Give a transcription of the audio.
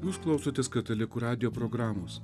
jūs klausotės katalikų radijo programos